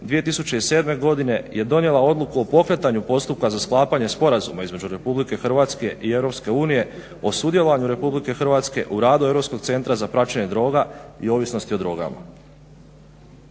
2007. godine je donijela odluku o pokretanju postupka za sklapanje sporazuma između RH i EU o sudjelovanju RH u radu europskog centra za praćenje droga i ovisnosti o drogama.